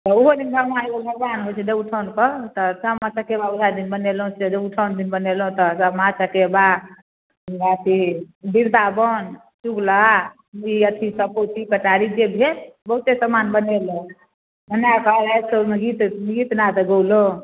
ओहो दिन ब्रह्मा एगो भगवान होइ छै देवउठाउनके सामा चकेबा वएह दिन बनेलहुँ फेर देवउठाउन दिन बनेलहुँ तऽ सामा चकेबा अथी बिरदावन चुगला ई अथीसब पौती पेटारी जे भेल बहुते समान बनेलहुँ बनाके रातिके ओहिमे गीत गीतनाद गौलहुँ